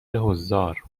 حضار